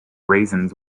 raisins